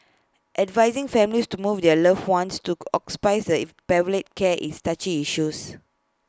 advising families to move their loved ones to hospices palliative care is touchy issues